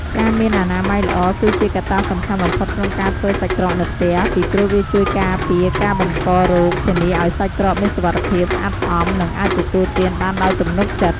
ការមានអនាម័យល្អ គឺជាកត្តាសំខាន់បំផុតក្នុងការធ្វើសាច់ក្រកនៅផ្ទះ ពីព្រោះវាជួយការពារការបង្ករោគ ធានាឱ្យសាច់ក្រកមានសុវត្ថិភាព ស្អាតស្អំ និងអាចទទួលទានបានដោយទំនុកចិត្ត។